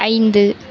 ஐந்து